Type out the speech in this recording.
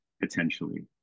potentially